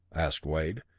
asked wade.